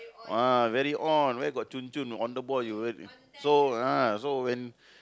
ah very on where got chun chun on the ball you so uh so when